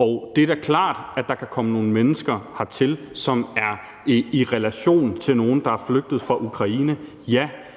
at det da er klart, at der kan komme nogle mennesker hertil, som er i relation til nogen, der er flygtet fra Ukraine, ja,